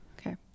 Okay